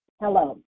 Hello